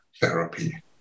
therapy